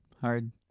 Hard